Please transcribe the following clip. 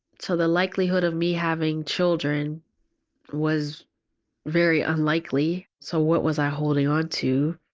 so the likelihood of me having children was very unlikely, so what was i holding onto?